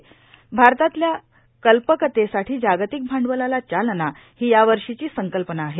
भारतातल्या कल्पकतेसाठी जागतिक भांडवलाला चालना ही यावर्षीची संकल्पना आहे